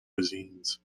cuisines